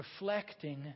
reflecting